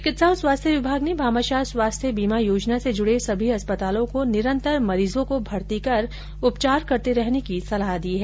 चिकित्सा और स्वास्थ्य विभाग ने भामाशाह स्वास्थ्य बीमा योजना से जुड़े सभी अस्पतालों को निरंतर मरीजो को भर्ती कर उपचार करते रहने की सलाह दी है